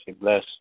Bless